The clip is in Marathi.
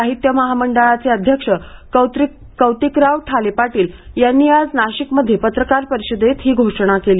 साहित्य महामंडळाचे अध्यक्ष कौतिकराव ठाले पाटील यांनी आज नाशिकमध्ये पत्रकार परिषदेत ही घोषणा केली